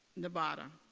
nevada.